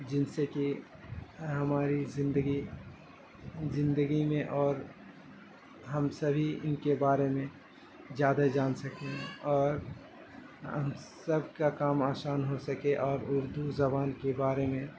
جن سے کہ ہماری زندگی زندگی میں اور ہم سبھی ان کے بارے میں زیادہ جان سکیں اور ہم سب کا کام آسان ہو سکے اور اردو زبان کے بارے میں